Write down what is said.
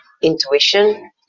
intuition